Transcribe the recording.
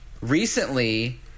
recently